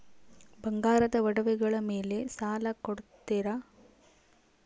ಬಂಗಾರದ ಒಡವೆಗಳ ಮೇಲೆ ಸಾಲ ಕೊಡುತ್ತೇರಾ?